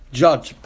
judge